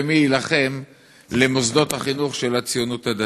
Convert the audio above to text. ומי יילחם על מוסדות החינוך של הציונות הדתית?